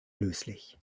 löslich